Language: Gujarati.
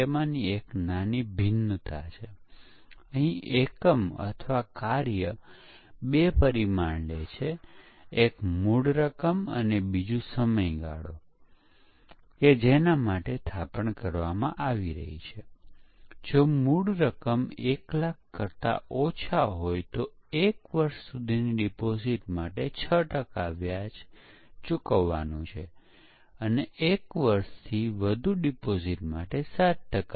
હું કહું છું કે લાંબા સમય પહેલા પરીક્ષણમાં ફક્ત પ્રોગ્રામમાં કેટલાક મૂલ્યો ઇનપુટ આપી કરવામાં આવતું હતું અને પ્રોગ્રામને ક્રેશ કરવાનો પ્રયાસ કરવામાં આવતો અથવા પ્રોગ્રામ કેટલાક ખોટા પરિણામો લાવે છે કે કેમ તે જોવામાં આવતું